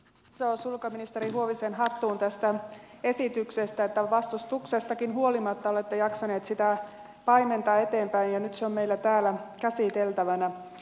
iso sulka ministeri huovisen hattuun siitä että vastustuksestakin huolimatta olette jaksanut tätä esitystä paimentaa eteenpäin ja nyt se on meillä täällä käsiteltävänä